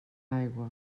aigua